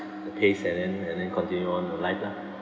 the pace and then and then continue on with life lah